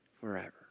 forever